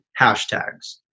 hashtags